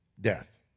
death